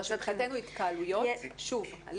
אני אומרת שמבחינתנו התקהלויות שוב,